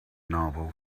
novel